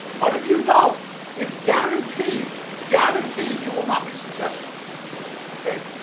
but if you don't it's guaranteed guaranteed. you will not be successful okay